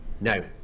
No